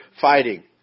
fighting